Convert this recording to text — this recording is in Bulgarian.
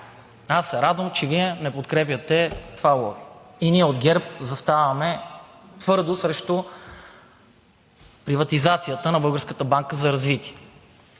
Аз се радвам, че Вие не подкрепяте това лоби, и ние от ГЕРБ заставаме твърдо срещу приватизацията на Българската